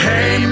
Hey